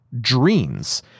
dreams